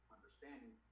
understanding